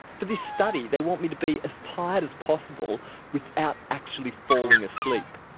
for this study they want me to be as tired as possible without actually falling asleep.